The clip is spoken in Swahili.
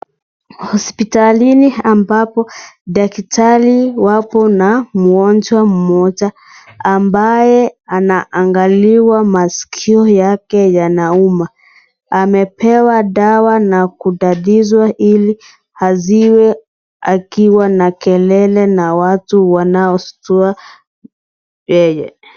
Hospitalini ambapo daktari wako na mgonjwa mmoja ambaye ana angaliwa maskio yake yanauma. Amepewa dawa na kutatizwa ili asiwe akiwa na kelele na watu wanaoshtua yeye.